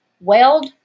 Weld